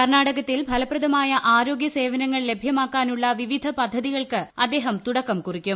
കർണാടകത്തിൽ ഫലപ്രദമായ ആരോഗ്യ സേവനങ്ങൾ ലഭ്യമാക്കാനുള്ള വിവിധ പദ്ധതികൾക്ക് അദ്ദേഹം തുടക്കം കുറിക്കും